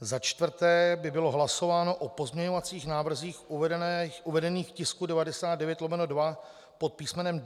Za čtvrté by bylo hlasováno o pozměňovacích návrzích uvedených v tisku 99/2 pod písmenem D.